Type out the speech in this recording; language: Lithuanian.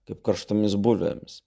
kaip karštomis bulvėmis